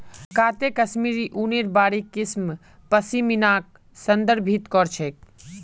काते कश्मीरी ऊनेर बारीक किस्म पश्मीनाक संदर्भित कर छेक